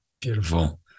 beautiful